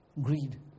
greed